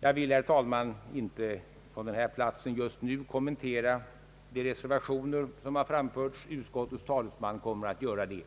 Jag vill, herr talman, inte från denna plats just nu kommentera de reservationer som framförts. Utskottets talesman kommer att göra det.